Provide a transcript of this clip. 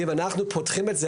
ואם אנחנו פותחים את זה,